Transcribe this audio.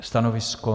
Stanovisko?